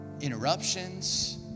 interruptions